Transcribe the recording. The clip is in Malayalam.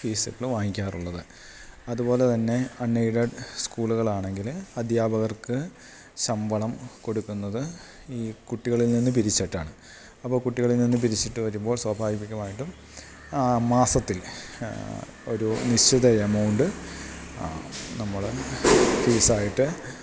ഫീസ്സ്കള് വാങ്ങിക്കാറൊള്ളത് അതുപോലെ തന്നെ അണ്ണേയ്ഡഡ് സ്കൂള്കളാണെങ്കിൽ അദ്ധ്യാപകർക്ക് ശമ്പളം കൊട്ക്ക്ന്നത് ഈ കുട്ടികളിൽ നിന്ന് പിരിച്ചെട്ടാണ് അപ്പ കുട്ടികളിൽ നിന്ന് പിരിച്ചിട്ട് വര്മ്പോൾ സ്വാഭാവിപികമായിട്ടും മാസത്തിൽ ഒരു നിശ്ചിത എമൗണ്ട് നമ്മള് ഫീസായിട്ട്